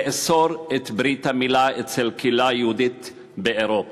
לאסור את ברית-המילה אצל הקהילה היהודית באירופה,